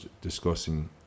discussing